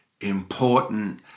important